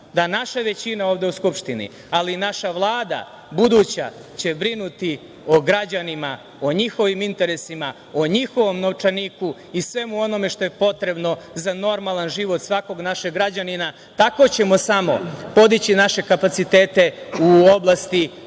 da naša većina ovde u Skupštini, ali i naša buduća Vlada će brinuti o građanima, o njihovim interesima, o njihovom novčaniku i svemu onome što je potrebno za normalan život svakog našeg građanina. Tako ćemo samo podići naše kapacitete u oblasti